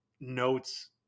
notes